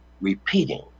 repeating